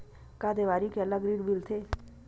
का देवारी के अलग ऋण मिलथे?